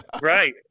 Right